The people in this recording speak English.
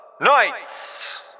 Knights